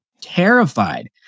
Terrified